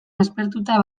aspertuta